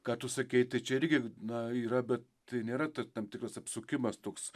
ką tu sakei tai čia irgi na yra bet tai nėra ta tam tikras apsukimas toks